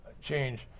change